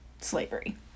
slavery